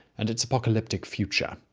and its apocalyptic future.